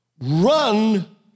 run